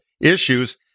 issues